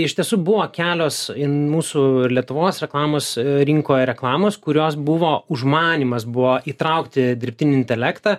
iš tiesų buvo kelios mūsų lietuvos reklamos rinkoje reklamos kurios buvo užmanymas buvo įtraukti dirbtinį intelektą